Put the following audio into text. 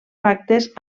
pactes